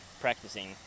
practicing